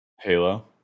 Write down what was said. Halo